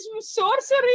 sorcery